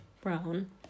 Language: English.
brown